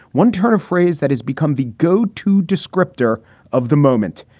one turn of phrase that has become the go to descriptor of the moment.